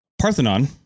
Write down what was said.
Parthenon